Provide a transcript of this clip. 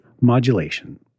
modulation